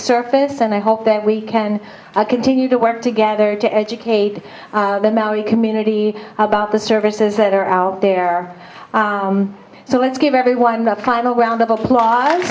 surface and i hope that we can continue to work together to educate the maori community about the services that are out there so let's give everyone the final round of applause